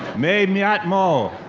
may myatt moe.